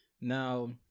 Now